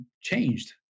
changed